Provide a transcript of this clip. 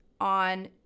on